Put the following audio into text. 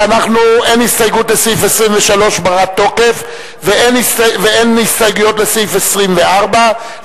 אין הסתייגות בת תוקף לסעיף 23 ואין הסתייגויות לסעיף 24,